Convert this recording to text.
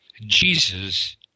Jesus